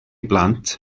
blant